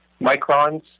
microns